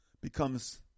becomes